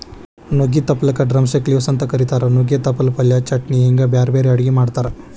ನುಗ್ಗಿ ತಪ್ಪಲಕ drumstick leaves ಅಂತ ಕರೇತಾರ, ನುಗ್ಗೆ ತಪ್ಪಲ ಪಲ್ಯ, ಚಟ್ನಿ ಹಿಂಗ್ ಬ್ಯಾರ್ಬ್ಯಾರೇ ಅಡುಗಿ ಮಾಡ್ತಾರ